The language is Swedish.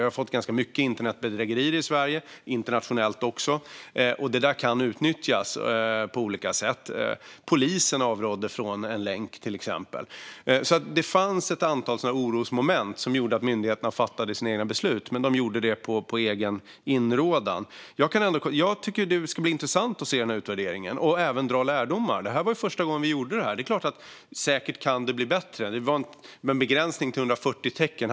Det sker ganska många internetbedrägerier i Sverige, också internationellt, och detta kan utnyttjas på olika sätt. Polisen avrådde från en länk, till exempel. Det fanns ett antal orosmoment som gjorde att myndigheterna fattade sina beslut, men de gjorde det på egen inrådan. Jag tycker att det ska bli intressant att se utvärderingen och även att dra lärdomar. Det var första gången vi gjorde detta. Det kan säkert bli bättre. Det var en begränsning till 140 tecken.